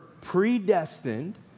predestined